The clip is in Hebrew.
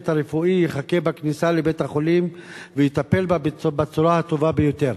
הרפואי יחכה בכניסה לבית-החולים ויטפל בה בצורה הטובה ביותר,